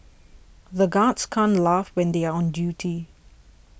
the guards can't laugh when they are on duty